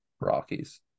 Rockies